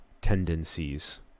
tendencies